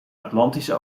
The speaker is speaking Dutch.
atlantische